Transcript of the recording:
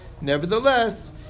nevertheless